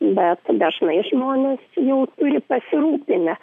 bet dažnai žmonės jau turi pasirūpinę